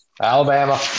Alabama